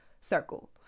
circle